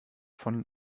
von